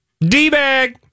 d-bag